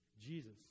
Jesus